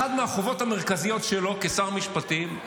אחת מהחובות המרכזיות שלו כשר משפטים,